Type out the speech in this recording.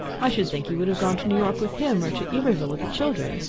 i should think you would have gone to new york with him, or to iberville with the children,